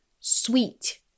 sweet